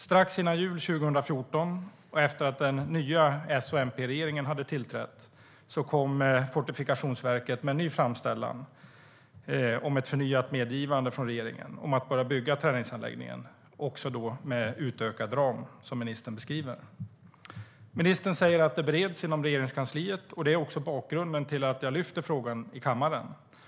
Strax före jul 2014, efter att den nya S och MP-regeringen hade tillträtt, kom Fortifikationsverket med en ny framställan om ett förnyat medgivande från regeringen om att börja bygga träningsanläggningen med utökad ram, som ministern beskriver. Ministern säger att ärendet bereds inom Regeringskansliet, och det är bakgrunden till att jag lyfter frågan i kammaren.